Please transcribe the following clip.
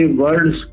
words